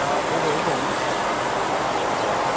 दा बबेयाव दं आब'आ